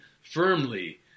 firmly